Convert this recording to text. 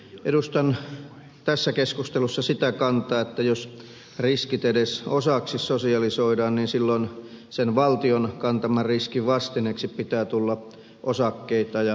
edustan tässä keskustelussa sitä kantaa että jos riskit edes osaksi sosialisoidaan niin silloin valtion kantaman riskin vastineeksi pitää tulla osakkeita ja määräysvaltaa